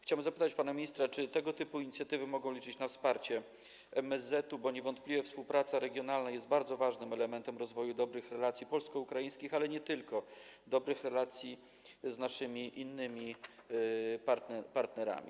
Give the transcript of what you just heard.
Chciałbym zapytać pana ministra, czy tego typu inicjatywy mogą liczyć na wsparcie MSZ, bo niewątpliwie współpraca regionalna jest bardzo ważnym elementem rozwoju dobrych relacji polsko-ukraińskich, ale nie tylko, także dobrych relacji z naszymi innymi partnerami.